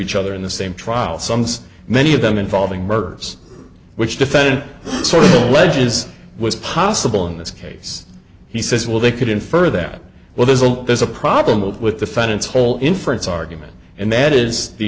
each other in the same trial sums many of them involving murders which defendant wedges was possible in this case he says well they could infer that well there's a lot there's a problem of with the fence whole inference argument and that is the